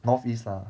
north east lah